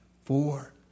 four